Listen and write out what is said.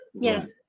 Yes